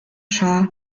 schah